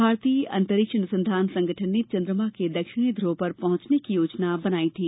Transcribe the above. भारतीय अंतरिक्ष अनुसंधान संगठन ने चंद्रमा के दक्षिणी ध्रुव पर पहुंचने की योजना बनाई थी